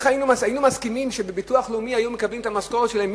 היינו מסכימים שבביטוח הלאומי היו מקבלים את המשכורת שלהם,